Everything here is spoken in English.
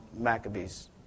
Maccabees